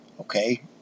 Okay